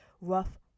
rough